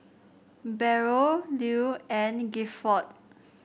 Beryl Lew and Gifford